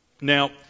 Now